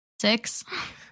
Six